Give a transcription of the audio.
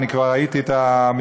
ואני כבר ראיתי את המספרים,